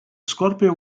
scorpio